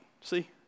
See